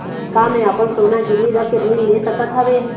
का मैं अपन सोना गिरवी रख के ऋण ले सकत हावे?